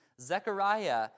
Zechariah